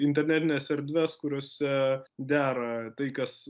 internetines erdves kuriose dera tai kas